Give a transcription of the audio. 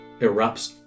erupts